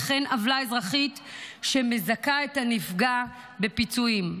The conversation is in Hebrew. וכן עוולה אזרחית שמזכה את הנפגע בפיצויים.